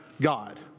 God